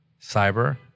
cyber